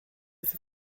fait